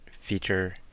feature